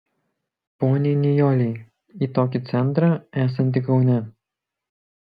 poniai nijolei į tokį centrą esantį kaune